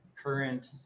current